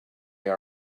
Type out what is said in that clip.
they